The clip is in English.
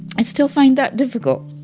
i still find that difficult,